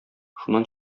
шуннан